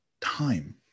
time